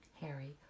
Harry